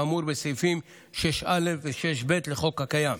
כאמור בסעיפים 6(א) ו6(ב) לחוק הקיים,